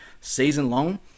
season-long